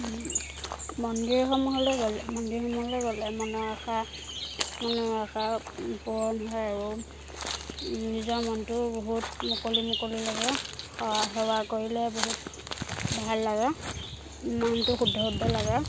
মন্দিৰসমূহলৈ গ'লে মন্দিৰসমূহলৈ গ'লে মনৰ আশা মনৰ আশা পূৰণ হয় আৰু নিজৰ মনটো বহুত মুকলি মুকলি লাগে সেৱা সেৱা কৰিলে বহুত ভাল লাগে মনটো শুদ্ধ শুদ্ধ লাগে